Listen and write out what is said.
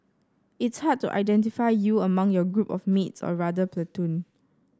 it's hard to identify you among your group of mates or rather platoon